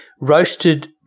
roasted